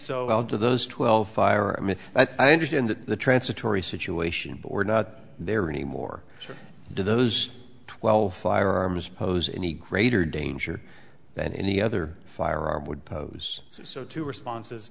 how do those twelve fire i mean i understand that the trance atory situation but we're not there anymore do those twelve firearms pose any greater danger than any other firearm would pose so two response